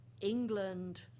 England